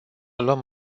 luăm